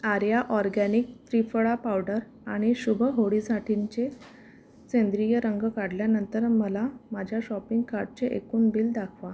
Arya organic triphala powder आणि शुभ होडीसाठींचे सेंद्रिय रंग काढल्यानंतर मला माझ्या शॉपिंग काटचे एकूण बिल दाखवा